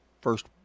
first